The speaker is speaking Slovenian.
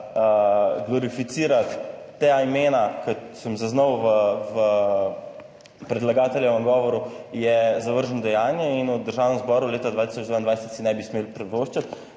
glorificirat ta imena, kot sem zaznal v predlagateljevem govoru, je zavrženo dejanje in v Državnem zboru leta 2022 si ne bi smeli privoščiti,